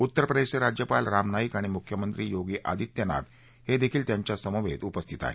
उत्तरप्रदेशचे राज्यपाल राम नाईक आणि मुख्यमंत्री योगी आदित्यनाथ हे देखील त्यांच्यासमवेत उपस्थित आहेत